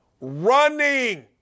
running